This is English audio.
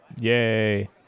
yay